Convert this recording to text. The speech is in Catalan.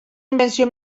invenció